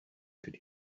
could